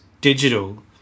digital